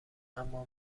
اما